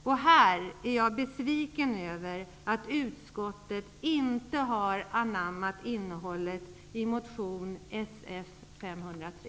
Jag är besviken över att utskottet inte har anammat innehållet i motion Sf503.